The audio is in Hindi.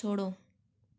छोड़ो